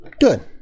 Good